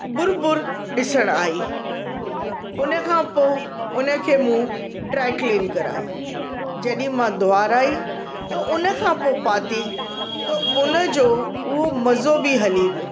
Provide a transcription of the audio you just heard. बुर बुर ॾिसण आई उनखां पोइ उनखे मूं ड्राईक्लीन कराई जॾहिं मां धोआराइ त उनखां पोइ पाती त उनजो उहो मज़ो बि हली वियो